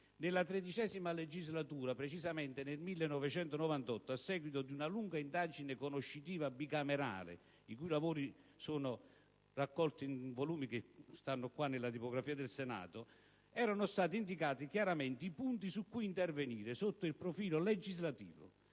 nella XIII legislatura - precisamente nel 1998, a seguito di una lunga indagine conoscitiva bicamerale, i cui lavori sono raccolti in volumi editi dalla tipografia del Senato - erano stati indicati chiaramente i punti su cui intervenire sotto il profilo legislativo,